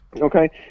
Okay